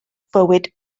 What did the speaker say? fywyd